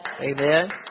Amen